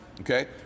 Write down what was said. okay